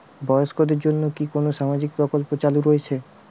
বয়স্কদের জন্য কি কোন সামাজিক প্রকল্প চালু রয়েছে?